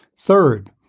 Third